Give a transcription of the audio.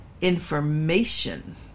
information